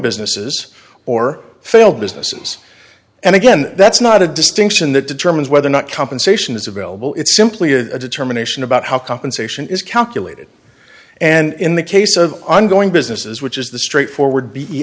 businesses or failed businesses and again that's not a distinction that determines whether or not compensation is available it's simply a determination about how compensation is calculated and in the case of i'm going businesses which is the straightforward be e